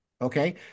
Okay